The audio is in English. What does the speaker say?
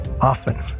Often